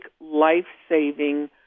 life-saving